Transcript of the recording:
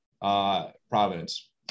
Providence